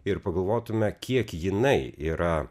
ir pagalvotume kiek jinai yra